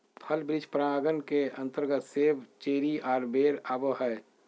फल वृक्ष परागण के अंतर्गत सेब, चेरी आर बेर आवो हय